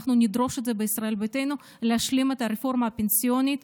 אנחנו בישראל ביתנו נדרוש להשלים את הרפורמה הפנסיונית,